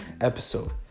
episode